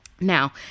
Now